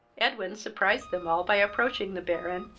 edwin surprised them all by approaching the baron,